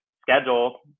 schedule